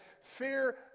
Fear